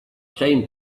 came